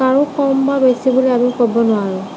কাৰো কম বা বেছি বুলি আমি ক'ব নোৱাৰোঁ